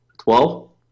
Twelve